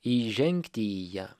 įžengti į ją